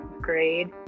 grade